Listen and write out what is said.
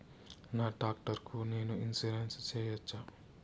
నా టాక్టర్ కు నేను ఇన్సూరెన్సు సేయొచ్చా?